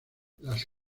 las